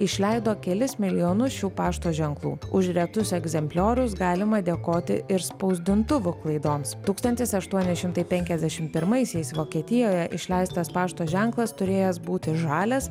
išleido kelis milijonus šių pašto ženklų už retus egzempliorius galima dėkoti ir spausdintuvų klaidoms tūkstantis aštuoni šimtai penkiasdešim pirmaisiais vokietijoje išleistas pašto ženklas turėjęs būti žalias